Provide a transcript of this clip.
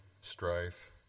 strife